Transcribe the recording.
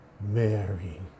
Mary